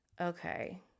Okay